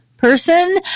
person